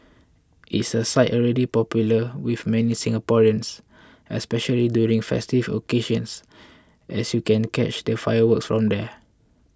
it's a site already popular with many Singaporeans especially during festive occasions as you can catch the fireworks on there